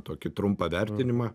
tokį trumpą vertinimą